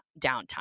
downtime